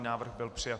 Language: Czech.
Návrh byl přijat.